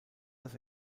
das